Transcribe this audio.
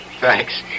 thanks